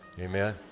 Amen